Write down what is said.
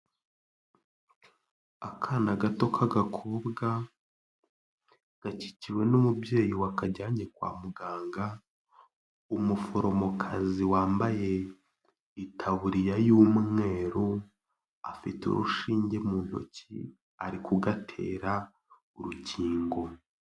Akana gato k'agakobwa gakikiwe n'umubyeyi wakajyanye kwa muganga, umuforomokazi wambaye itaburiya y'umweru afite urushinge mu ntoki, ari kugatera urukingo.